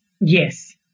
Yes